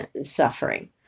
suffering